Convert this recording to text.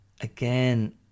Again